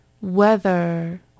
weather